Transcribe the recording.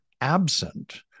absent